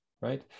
right